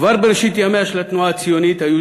כבר בראשית ימיה של התנועה הציונית היו